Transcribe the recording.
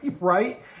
right